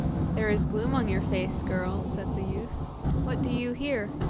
there is gloom on your face, girl, said the youth what do you here?